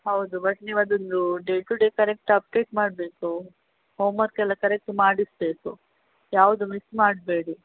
ಹೌದು ಬಟ್ ನೀವು ಅದೊಂದು day to day correct update ಮಾಡಬೇಕು ಹೋಮ್ ವರ್ಕ್ ಎಲ್ಲ ಕರೆಕ್ಟ್ ಮಾಡಿಸಬೇಕು ಯಾವುದು ಮಿಸ್ ಮಾಡಬೇಡಿ